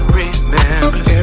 remembers